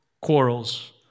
quarrels